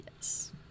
Yes